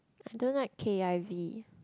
I don't like k_i_v